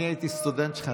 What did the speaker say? אני הייתי סטודנט שלך,